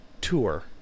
tour